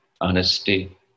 honesty